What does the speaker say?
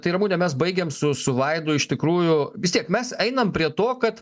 tai ramune mes baigėm su su vaidu iš tikrųjų vis tiek mes einam prie to kad